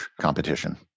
competition